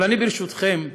אבל ברשותכם,